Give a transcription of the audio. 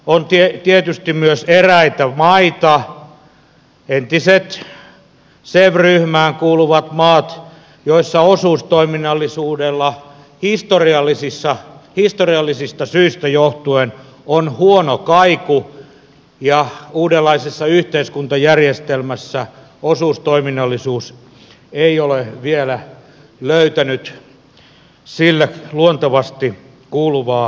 on tietysti myös eräitä maita entiset sev ryhmään kuuluvat maat joissa osuustoiminnallisuudella historiallisista syistä johtuen on huono kaiku ja uudenlaisessa yhteiskuntajärjestelmässä osuustoiminnallisuus ei ole vielä löytänyt sille luontevasti kuuluvaa paikkaa